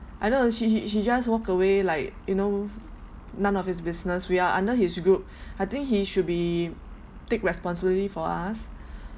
I don't know she he she just walked away like you know none of his business we are under his group I think he should be take responsibility for us